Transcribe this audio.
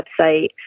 website